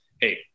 hey